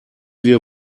wir